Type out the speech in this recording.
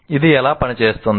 ఇది ఎలా పని చేస్తుంది